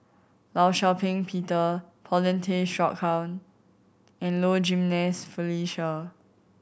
Law Shau Ping Peter Paulin Tay Straughan and Low Jimenez Felicia